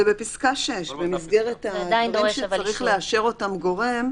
זה בפסקה (6) במסגרת הדברים שצריך לאשר גורם.